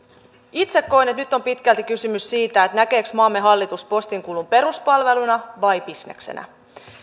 itse koen että nyt on pitkälti kysymys siitä näkeekö maamme hallitus postinkulun peruspalveluna vai bisneksenä